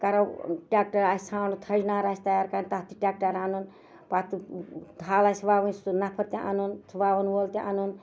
کرو ٹیکٹر آسہِ ژَھانڈُن تھجنارٕ آسہِ اَسہِ تَیار کَرُن تَتھ چھُ ٹیکٹر اَنُن پَتہٕ سُہ تھل آسہِ وَونۍ سُہ نَفر تہِ اَنُن سُہ وَوان وول تہِ اَنُن